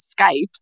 Skype